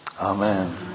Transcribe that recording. Amen